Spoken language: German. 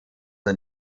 ein